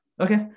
Okay